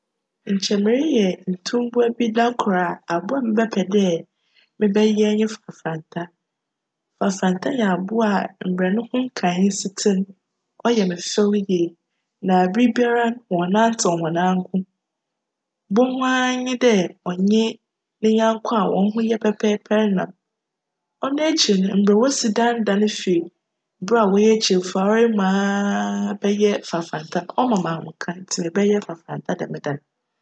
Nkyj mereyj ntumbowa bi da kor a, abowa mebjpj dj mebjyj nye fafranta. Fafranta yj abowa mbrj no ho nkae si tse no, cyj me fjw ara yie na ber biara wcnnantse wcnanko. Ibohu ara nye dj cnye ne nyjnko a hcnho yj pjpjjpj nam. Cno ekyir no, mbrj wosi dandan fi ber a wcyj kyirefuwa ara mu bjyj fafranta, cma me m'ahomka ntsi mebjyj fafranta djm da no.